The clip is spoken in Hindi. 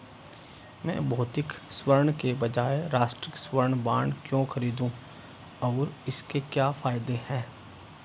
मैं भौतिक स्वर्ण के बजाय राष्ट्रिक स्वर्ण बॉन्ड क्यों खरीदूं और इसके क्या फायदे हैं?